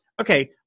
okay